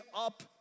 up